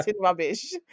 rubbish